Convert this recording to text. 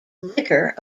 liquor